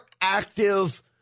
active